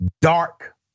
dark